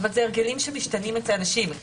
אלה הרגלים שמשתנים אצל אנשים.